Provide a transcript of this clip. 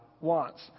wants